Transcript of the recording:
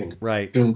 Right